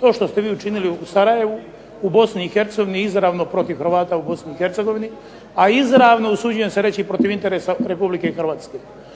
To ste vi učinili u Sarajevu u Bosni i Hercegovini izravno protiv Hrvata u Bosni i Hercegovini a izravno usuđujem se reći protiv interesa Republike Hrvatske.